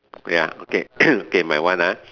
ya okay okay my one ah